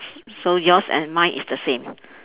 s~ so yours and mine is the same